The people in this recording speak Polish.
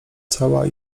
cała